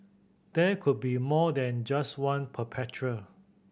there could be more than just one perpetrator